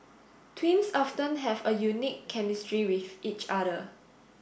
twins often have a unique chemistry with each other